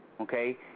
Okay